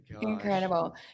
Incredible